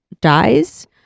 dies